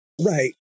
Right